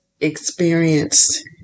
experienced